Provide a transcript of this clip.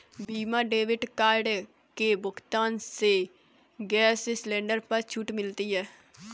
visa debit card के भुगतान से गैस सिलेंडर पर छूट मिलती है